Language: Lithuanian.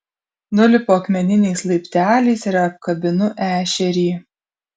nulipu akmeniniais laipteliais ir apkabinu ešerį